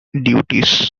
duties